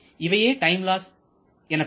இவையே time loss எனப்படும்